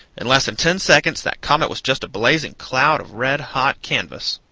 in less than ten seconds that comet was just a blazing cloud of red-hot canvas.